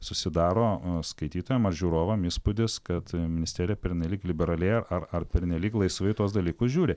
susidaro skaitytojam ar žiūrovam įspūdis kad ministerija pernelyg liberaliai ar ar pernelyg laisvai į tuos dalykus žiūri